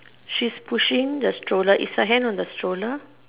she's pushing the stroller is her hand on the stroller